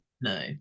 No